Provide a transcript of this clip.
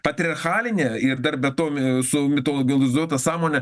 patriarchalinė ir dar be to mi su mitologizuotą sąmonę